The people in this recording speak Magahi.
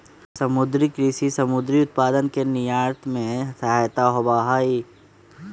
समुद्री कृषि समुद्री उत्पादन के निर्यात में सहायक होबा हई